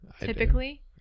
Typically